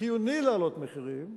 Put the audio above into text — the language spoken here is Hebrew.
חיוני להעלות מחירים,